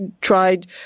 tried